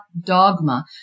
dogma